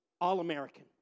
all-American